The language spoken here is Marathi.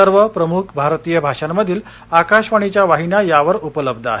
सर्व प्रमुख भारतीय भाषांमधील आकाशवाणीच्या वाहिन्या यावर उपलब्ध आहेत